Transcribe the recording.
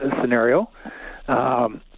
scenario